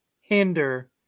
hinder